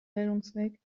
bildungsweg